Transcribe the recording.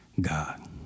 God